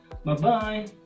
Bye-bye